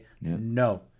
no